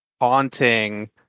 haunting